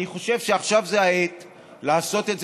אני חושב שעכשיו זו העת לעשות את זה,